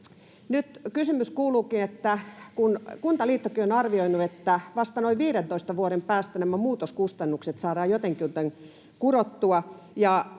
Nyt kysymys kuuluukin, että kun Kuntaliittokin on arvioinut, että vasta noin 15 vuoden päästä nämä muutoskustannukset saadaan jotenkuten kurottua,